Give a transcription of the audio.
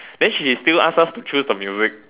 then she still ask us to choose the music